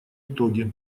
итоги